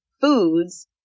foods